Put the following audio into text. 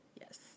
Yes